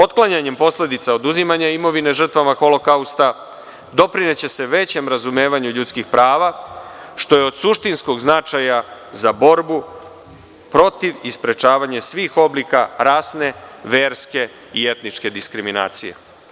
Otklanjanjem posledica oduzimanja imovine žrtvama Holokausta doprineće se većem razumevanju ljudskih prava, što je od suštinskog značaja za borbu protiv i sprečavanje svih oblika rasne, verske i etničke diskriminacije.